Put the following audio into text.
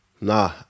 nah